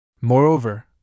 Moreover